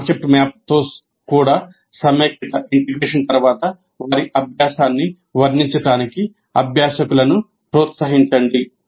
concept map తర్వాత వారి అభ్యాసాన్ని వర్ణించటానికి అభ్యాసకులను ప్రోత్సహించండి